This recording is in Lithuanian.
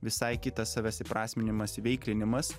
visai kitas savęs įprasminimas įveiklinimas